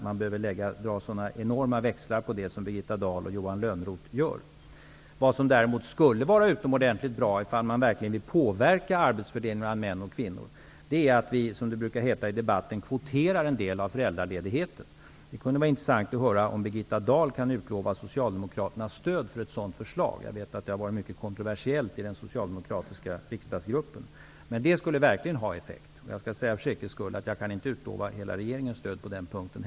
Man behöver inte dra sådana enorma växlar på detta som Birgitta Dahl och Något som däremot skulle vara utomordentligt bra om man verkligen vill påverka arbetsfördelningen mellan män och kvinnor är att vi, som det brukar heta i debatten, kvoterar en del av föräldraledigheten. Det kunde vara intressant att höra om Birgitta Dahl kan utlova Socialdemokraternas stöd för ett sådant förslag. Jag vet att det har varit mycket kontroversiellt i den socialdemokratiska riksdagsgruppen. Detta skulle verkligen ha effekt. Jag skall för säkerhets skull säga att jag inte kan utlova hela regeringens stöd på den punkten.